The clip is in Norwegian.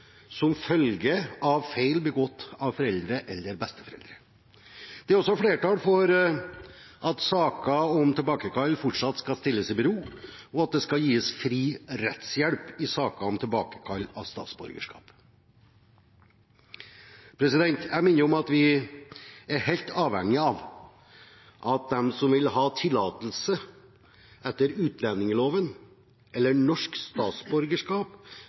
som følge av feil begått av foreldre eller besteforeldre. Det er også flertall for at saker om tilbakekall fortsatt skal stilles i bero, og at det skal gis fri rettshjelp i saker om tilbakekall av statsborgerskap. Jeg minner om at vi er helt avhengige av at de som vil ha tillatelse etter utlendingsloven, eller norsk statsborgerskap